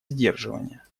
сдерживания